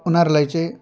उनीहरूलाई चाहिँ